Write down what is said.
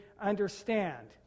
understand